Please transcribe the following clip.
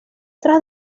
tras